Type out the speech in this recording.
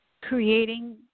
creating